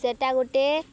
ସେଇଟା ଗୋଟେ